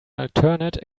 alternate